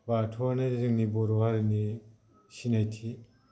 बाथौआनो जोंनि बर' हारिनि सिनायथि